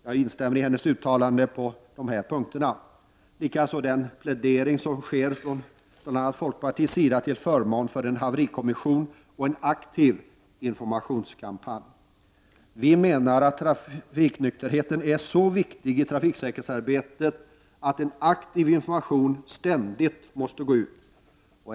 Jag instämmer i hennes uttalande på de punkterna och likaså i bl.a. folkpartiets plädering till förmån för en haverikommission och en aktiv informationskampanj. Vi menar att trafiknykterheten är så viktig i trafiksäkerhetsarbetet att en aktiv information ständigt måste gå ut.